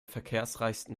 verkehrsreichsten